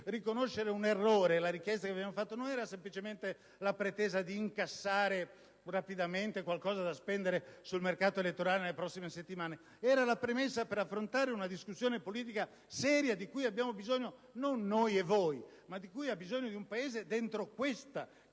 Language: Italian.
riconoscere un errore non era semplicemente la pretesa di incassare rapidamente qualcosa da spendere sul mercato elettorale nelle prossime settimane, ma era la premessa per affrontare una discussione politica seria, di cui non abbiamo bisogno noi o voi, ma di cui ha bisogno il Paese in questa